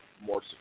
more